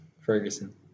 Ferguson